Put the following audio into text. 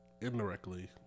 indirectly